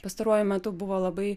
pastaruoju metu buvo labai